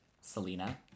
Selena